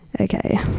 Okay